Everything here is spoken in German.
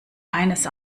eines